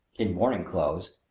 in morning clothes,